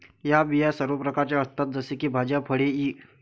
या बिया सर्व प्रकारच्या असतात जसे की भाज्या, फळे इ